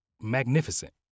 magnificent